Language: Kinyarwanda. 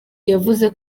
yavuze